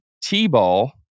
t-ball